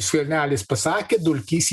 skvernelis pasakė dulkys